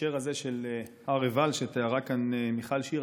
בהקשר הזה של הר עיבל שתיארה כאן מיכל שיר,